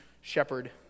shepherd